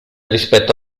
rispetto